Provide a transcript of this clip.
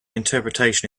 interpretation